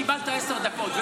קיבלת עשר דקות.